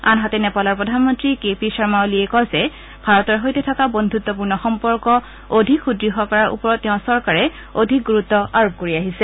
আনহাতে নেপালৰ প্ৰধানমন্তী কে পি শৰ্মা অলিয়ে কয় যে ভাৰতৰ সৈতে থকা বন্ধুত্পূৰ্ণ সম্পৰ্ক অধিক সুদ্য় কৰাৰ ওপৰত তেওঁৰ চৰকাৰে অধিক গুৰুত্ব আৰোপ কৰি আহিছে